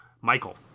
Michael